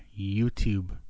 YouTube